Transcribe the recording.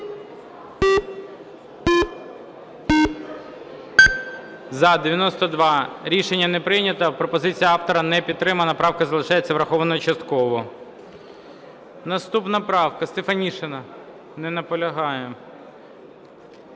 За-92 Рішення не прийнято. Пропозиція автора не підтримана, правка залишається врахованою частково. Наступна правка, Стефанишина. Не наполягає.